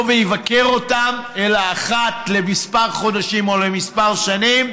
ויבקר אותם אלא אחת לכמה חודשים או לכמה שנים.